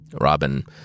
Robin